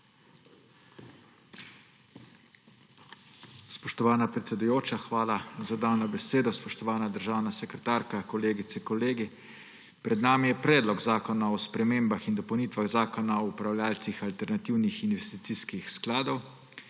Spoštovana predsedujoča, hvala za dano besedo. Spoštovana državna sekretarka, kolegice in kolegi! Pred nami je Predlog zakona o spremembah in dopolnitvah Zakona o upravljavcih alternativnih investicijskih skladov.